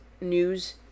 news